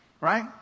right